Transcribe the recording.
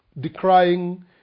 decrying